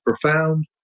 profound